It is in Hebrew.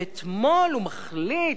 ואתמול הוא מחליט,